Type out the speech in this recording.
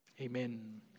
Amen